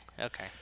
okay